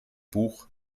buch